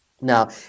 now